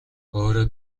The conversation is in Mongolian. өөрөө